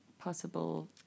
possible